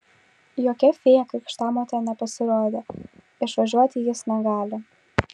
jokia fėja krikštamotė nepasirodė išvažiuoti jis negali